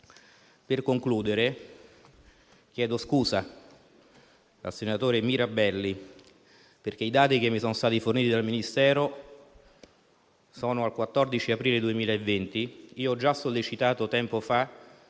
Per concludere, chiedo scusa al senatore Mirabelli perché i dati che mi sono stati forniti dal Ministero sono aggiornati al 14 aprile 2020. Ho già sollecitato tempo fa